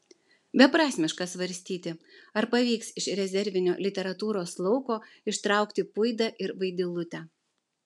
beprasmiška svarstyti ar pavyks iš rezervinio literatūros lauko ištraukti puidą ir vaidilutę